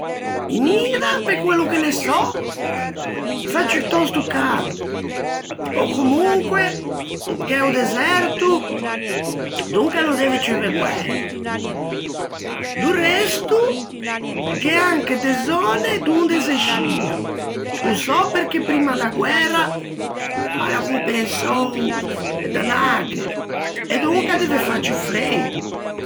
In Iran pe quello che ne sò fa ciutòsto cado, ò comonque gh'é o deserto, donca no deve ceuve guæi. Do resto, gh'é anche de zöne donde se scia, ô sò perché primma da guæra aivo pensou d'anâghe, e donca deve fâ ciù freido.